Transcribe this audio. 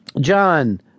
John